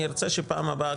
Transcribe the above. אני ארצה שבפעם הבאה,